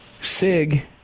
SIG